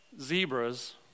zebras